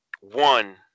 one